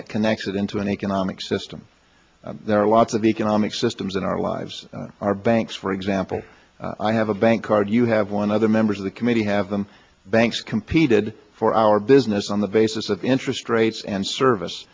that connects it into an economic system there are lots of economic systems in our lives our banks for example i have a bank card you have one other members of the committee have them banks competed for our business on the basis of interest rates and service